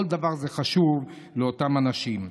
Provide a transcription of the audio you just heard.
כל דבר הוא חשוב לאותם אנשים.